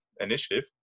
initiative